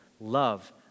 Love